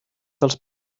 dels